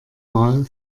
mal